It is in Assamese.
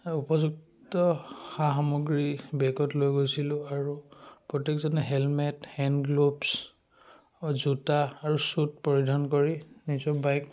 উপযুক্ত সা সামগ্ৰী বেগত লৈ গৈছিলোঁ আৰু প্ৰত্যেকজনে হেলমেট হেণ্ড গ্ল'ভছ জোতা আৰু শ্বুট পৰিধান কৰি নিজৰ বাইক